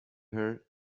her